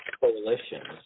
coalitions